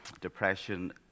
depression